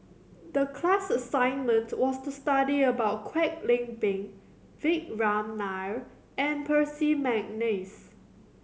the class assignment was to study about Kwek Leng Beng Vikram Nair and Percy McNeice